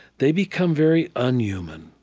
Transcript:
they become very unhuman